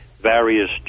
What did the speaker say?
various